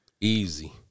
Easy